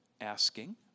asking